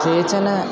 केचन